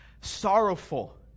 Sorrowful